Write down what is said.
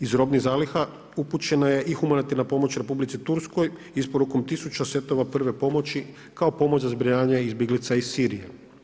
Iz robnih zaliha upućena je i humanitarna pomoć Republici Turskoj isporukom tisuća setova prve pomoći kao pomoć za zbrinjavanje izbjeglica iz Sirije.